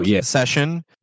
session